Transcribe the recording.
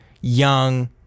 Young